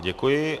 Děkuji.